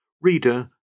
Reader